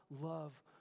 love